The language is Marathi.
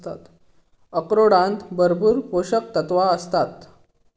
अक्रोडांत भरपूर पोशक तत्वा आसतत